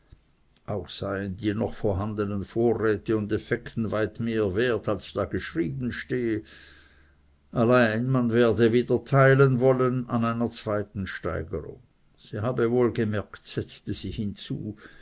auch seien die noch vorhandenen vorräte und effekten weit mehr wert als da geschrieben stehe allein man werde wieder teilen wollen an einer zweiten steigerig sie habe wohl gemerkt setzte sie hinzu